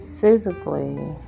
physically